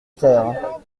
terre